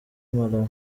malawi